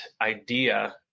idea